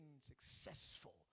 successful